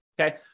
okay